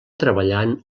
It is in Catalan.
treballant